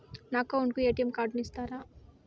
నా అకౌంట్ కు ఎ.టి.ఎం కార్డును ఇస్తారా